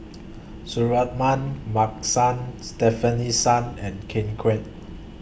Suratman Markasan Stefanie Sun and Ken Kwek